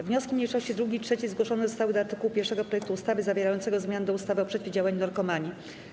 Wnioski mniejszości 2. i 3. zgłoszone zostały do art. 1 projektu ustawy zawierającego zmiany do ustawy o przeciwdziałaniu narkomanii.